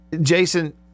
Jason